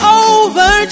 over